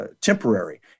temporary